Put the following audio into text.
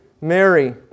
Mary